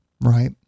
right